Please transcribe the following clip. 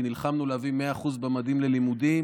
כי נלחמנו להביא 100% במדים ללימודים